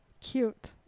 Cute